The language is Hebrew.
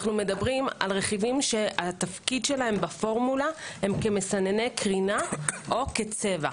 אנו מדברים על רכיבים שתפקידם בפורמולה כמסנני קרינה או כצבע.